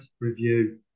review